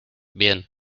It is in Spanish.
bien